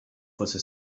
fosse